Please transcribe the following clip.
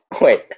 Wait